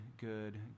good